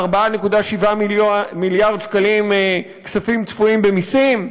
4.7 מיליארד שקלים כספים צפויים במסים.